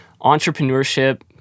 entrepreneurship